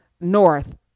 north